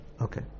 Okay